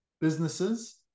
businesses